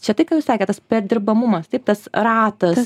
čia tai ką jūs sakėt tas perdirbamumas tas ratas